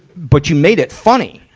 but you made it funny.